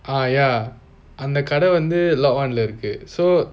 uh ya அந்த கடை வந்து:antha kadai vanthu lohhan lah இருக்கு:irrukku so